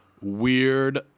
weird